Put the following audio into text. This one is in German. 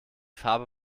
farbe